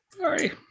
Sorry